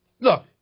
Look